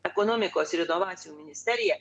ekonomikos ir inovacijų ministerija